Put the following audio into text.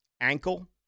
ankle